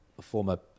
Former